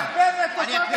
לך לרמות במקומות אחרים.